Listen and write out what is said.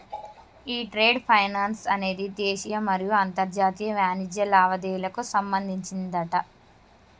ఈ trade finance అనేది దేశీయ మరియు అంతర్జాతీయ వాణిజ్య లావాదేవీలకు సంబంధించిందట